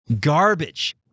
garbage